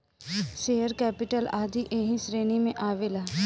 share capital आदी ऐही श्रेणी में आवेला